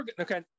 okay